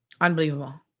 Unbelievable